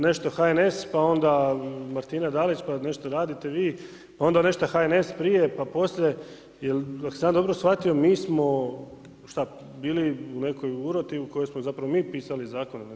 Nešto HNS, pa onda Martina Dalić, pa nešto radite vi, a onda nešto HNS prije, pa poslije, ako sam ja dobro shvatio, mi smo, bili u nekoj uroti u kojoj smo zapravo mi pisali zakon.